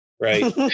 right